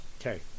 Okay